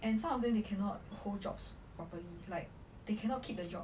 and some of them they cannot hold jobs properly like they cannot keep the job